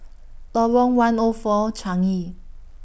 Lorong one O four Changi